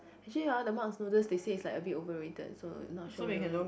actually hor the Mark's noodles they said it's like a bit overrated so not sure whether you want to